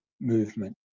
movement